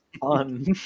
Fun